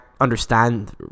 understand